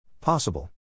Possible